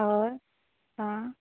हय आं